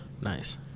Nice